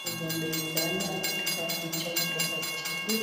Kuna mwenye anainama amepigwa pichaa kutoka chini